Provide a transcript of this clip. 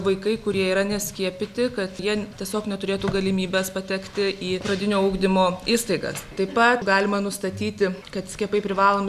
vaikai kurie yra neskiepyti kad jie tiesiog neturėtų galimybės patekti į pradinio ugdymo įstaigas taip pat galima nustatyti kad skiepai privalomi